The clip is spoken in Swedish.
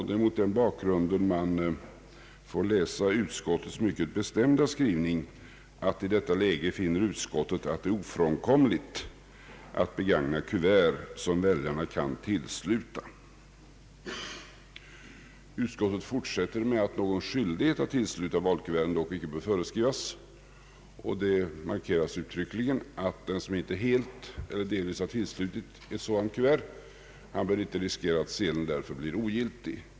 Det är mot den bakgrunden man får läsa utskottets mycket bestämda skrivning: »I detta läge finner utskottet att det är ofrånkomligt att begagna kuvert som väljarna kan tillsluta.» Utskottet fortsätter: »Någon skyldighet att tillsluta kuverten bör dock icke föreskrivas.» Det markeras uttryckligen att den som inte helt eller endast delvis har tillslutit sådant kuvert inte behöver riskera att sedeln därför blir ogiltig.